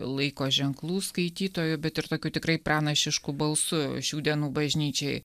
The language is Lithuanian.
laiko ženklų skaitytoju bet ir tokiu tikrai pranašišku balsu šių dienų bažnyčiai